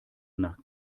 nach